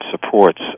supports